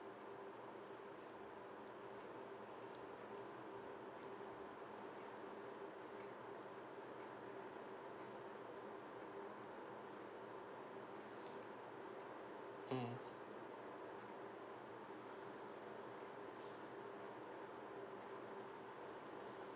mm